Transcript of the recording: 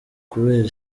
kubera